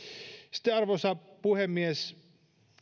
sitten arvoisa puhemies